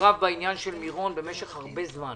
מעורב בעניין של מירון במשך הרבה זמן.